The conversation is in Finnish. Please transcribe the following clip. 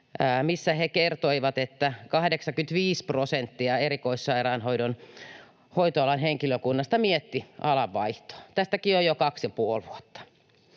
missä he kertoivat, että 85 prosenttia erikoissairaanhoidon hoitoalan henkilökunnasta mietti alan vaihtoa. Tästäkin on jo kaksi ja